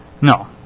No